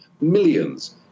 millions